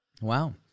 Wow